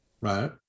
right